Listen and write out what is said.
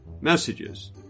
messages